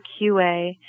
QA